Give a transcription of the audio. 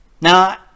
Now